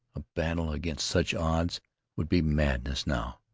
a battle against such odds would be madness now.